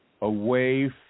away